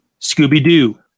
Scooby-Doo